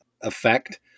effect